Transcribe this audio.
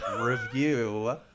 review